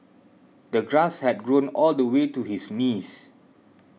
the grass had grown all the way to his knees